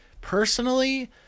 Personally